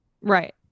Right